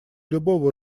любого